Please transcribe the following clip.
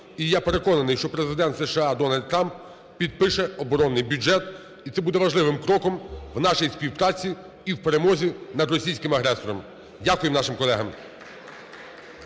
І я переконаний, що Президент США Дональд Трамп підпише оборонний бюджет, і це буде важливим кроком у нашій співпраці і в перемозі над російським агресором. Дякуємо нашим колегам.